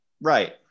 Right